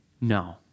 No